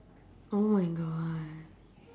oh my god